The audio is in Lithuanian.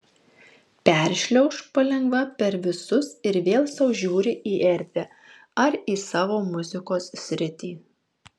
peršliauš palengva per visus ir vėl sau žiūri į erdvę ar į savo muzikos sritį